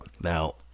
Now